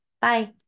Bye